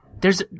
There's-